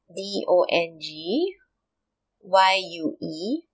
D O N G Y U E